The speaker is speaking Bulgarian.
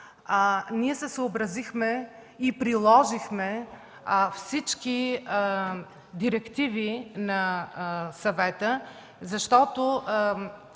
се съобразихме и приложихме всички директиви на Съвета, защото